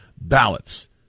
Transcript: ballots